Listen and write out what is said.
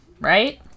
right